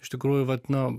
iš tikrųjų vat nu